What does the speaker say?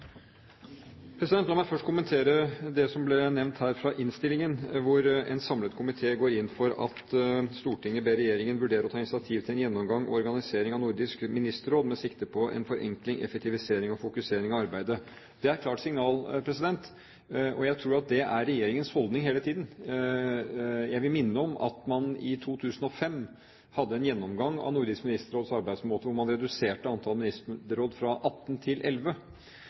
fra innstillingen, hvor en samlet komité går inn for at «Stortinget ber regjeringen vurdere å ta initiativ til en gjennomgang av organiseringen av Nordisk Ministerråd med sikte på en forenkling, effektivisering og fokusering av arbeidet». Det er et klart signal, og jeg tror at det er regjeringens holdning hele tiden. Jeg vil minne om at man i 2005 hadde en gjennomgang av Nordisk Ministerråds arbeidsmåte, hvor man reduserte antallet ministerråd fra 18 til elleve.